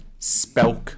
spelk